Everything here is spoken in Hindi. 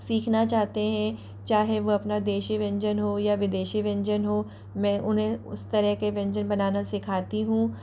सीखना चाहते हैं चाहे वह अपना देशी व्यंजन हो या विदेशी व्यंजन हो मैं उन्हें उस तरह के व्यंजन बनाना सिखाती हूँ